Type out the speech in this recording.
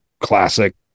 classic